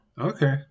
Okay